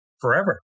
Forever